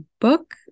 book